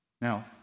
Now